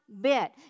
bit